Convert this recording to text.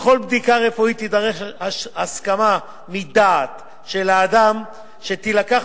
בכל בדיקה רפואית תידרש הסכמה מדעת של האדם שתילקח